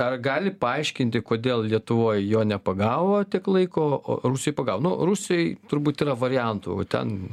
ar gali paaiškinti kodėl lietuvoj jo nepagavo tiek laiko o rusijoj pagavo nu rusijoj turbūt yra variantų ten